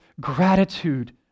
gratitude